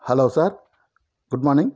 hello sir good morning